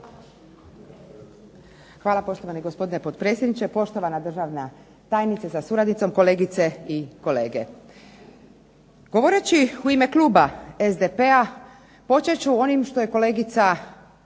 Hvala poštovani gospodine potpredsjedniče, poštovana državna tajnice sa suradnicom, kolegice i kolege. Govoreći u ime Kluba SDP-a počet ću sa onim što je kolegica